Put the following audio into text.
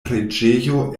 preĝejo